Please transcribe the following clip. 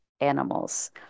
animals